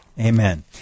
amen